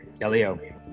Elio